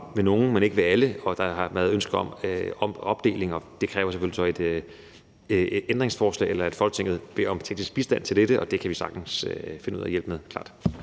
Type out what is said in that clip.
alle, og så har jeg hørt, at der har været ønske om opdeling af forslaget. Det kræver selvfølgelig så et ændringsforslag – eller at Folketinget beder om teknisk bistand til dette – og det kan vi sagtens finde ud af at hjælpe med,